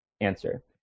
answer